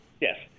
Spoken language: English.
Yes